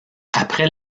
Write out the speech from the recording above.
après